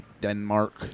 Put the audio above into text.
Denmark